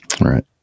right